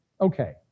Okay